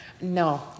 no